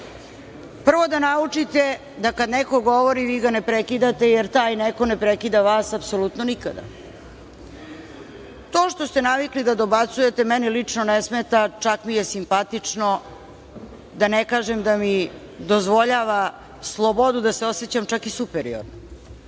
Prvo da naučite da kad neko govori vi ga ne prekidate, jer taj neko ne prekida vas apsolutno nikada. To što ste navikli da dobacujete meni lično ne smeta, čak mi je simpatično, da ne kažem da mi dozvoljava slobodu da se osećam čak i superiorno.